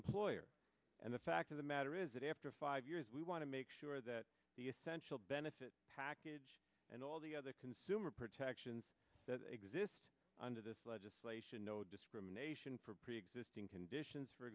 employer and the fact of the matter is that after five years we want to make sure that the essential benefit package and all the other consumer protections that exist under this legislation no discrimination for preexisting conditions for